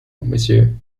monsieur